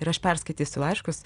ir aš perskaitysiu laiškus